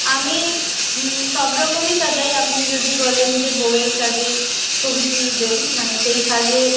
আমি সবরকমই সাজাই আপনি যদি বলেন যে বৌয়ের সাজে ছবি তুলবেন মানে সেই সাজে